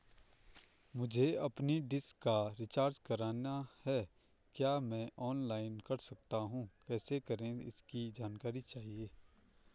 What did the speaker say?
मुझे अपनी डिश का रिचार्ज करना है क्या मैं ऑनलाइन कर सकता हूँ कैसे करें इसकी जानकारी चाहिए?